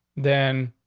then,